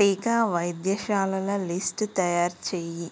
టీకా వైద్యశాలల లిస్ట్ తయారు చేయి